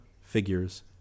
figures